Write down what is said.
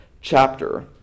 chapter